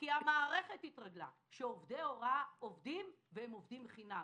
כי המערכת התרגלה שעובדי ההוראה עובדים חינם.